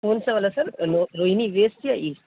کون سا والا سر روہنی ویسٹ یا ایسٹ